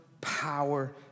power